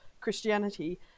Christianity